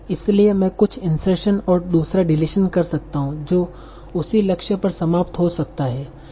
इसलिए मैं कुछ इंसर्शन और दूसरा डिलीशन कर सकता हूं जो उसी लक्ष्य पर समाप्त हो सकता है